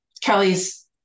Kelly's